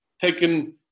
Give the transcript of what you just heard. taken